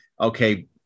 okay